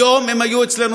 היום הם היו אצלנו,